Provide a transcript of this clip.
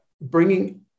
Bringing